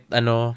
ano